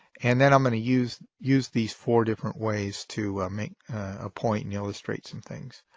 and then i'm going to use use these four different ways to make a point and illustrate some things.